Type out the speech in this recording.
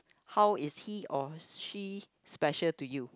how is he or she special to you